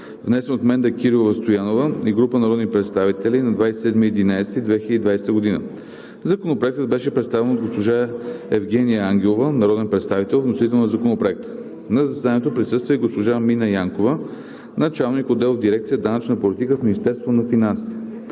внесен от Менда Кирилова Стоянова и група народни представители на 27 ноември 2020 г. Законопроектът беше представен от госпожа Евгения Ангелова – народен представител, вносител на Законопроекта. На заседанието присъства и госпожа Мина Янкова – началник-отдел в дирекция „Данъчна политика“ в Министерството на финансите.